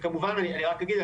וכמובן אני רק אגיד,